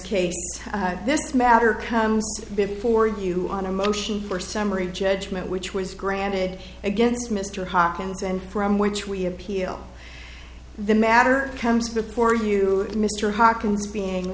case this matter comes before you on a motion for summary judgment which was granted against mr hopkins and from which we appeal the matter comes before you mr hawkins being